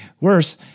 Worse